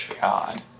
God